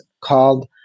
called